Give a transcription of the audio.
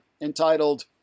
entitled